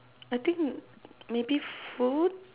I think maybe food